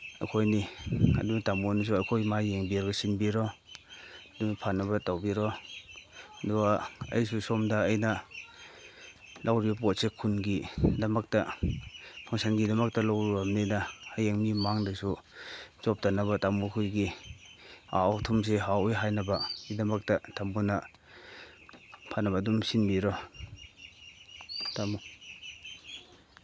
ꯑꯩꯈꯣꯏꯅꯤ ꯑꯗꯨꯅ ꯇꯥꯃꯣꯅꯁꯨ ꯑꯩꯈꯣꯏ ꯃꯥꯏ ꯌꯦꯡꯕꯤꯔꯒ ꯁꯤꯟꯕꯤꯔꯣ ꯑꯗꯨ ꯐꯅꯕ ꯇꯧꯕꯤꯔꯣ ꯑꯗꯨꯒ ꯑꯩꯁꯨ ꯁꯣꯝꯗ ꯑꯩꯅ ꯂꯧꯔꯤꯕ ꯄꯣꯠꯁꯦ ꯈꯨꯟꯒꯤꯗꯃꯛꯇ ꯐꯪꯁꯟꯒꯤꯗꯃꯛꯇ ꯂꯧꯔꯨꯔꯕꯅꯤꯅ ꯍꯌꯦꯡ ꯃꯤ ꯃꯃꯥꯡꯗꯁꯨ ꯆꯣꯞꯇꯅꯕ ꯇꯥꯃꯣꯈꯣꯏꯒꯤ ꯑꯍꯥꯎ ꯑꯊꯨꯝꯁꯤ ꯍꯥꯎꯋꯤ ꯍꯥꯏꯅꯕꯒꯤꯗꯃꯛꯇ ꯇꯥꯃꯣꯅ ꯐꯅꯕ ꯑꯗꯨꯝ ꯁꯤꯟꯕꯤꯔꯣ ꯇꯥꯃꯣ